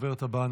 הדוברת הבאה,